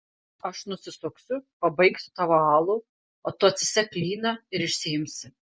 aš nusisuksiu pabaigsiu tavo alų o tu atsisek klyną ir išsiimsi